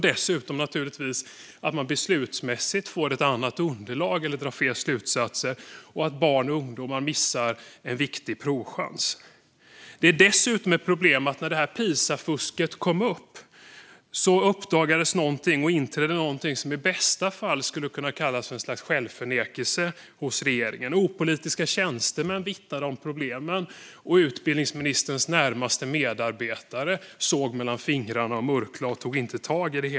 Man får givetvis också ett annat underlag för beslut, och barn och ungdomar missar en viktig provchans. Dessutom: När Pisafusket kom fram inträdde något hos regeringen som i bästa fall skulle kunna kallas för självförnekelse. Opolitiska tjänstemän vittnade om problemen, men utbildningsministerns närmaste medarbetare såg mellan fingrarna och mörklade utan att ta tag i det.